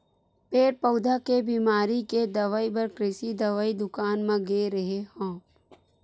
पेड़ पउधा के बिमारी के दवई बर कृषि दवई दुकान म गे रेहेंव